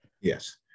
Yes